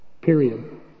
Period